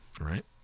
Right